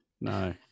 No